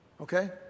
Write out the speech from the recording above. Okay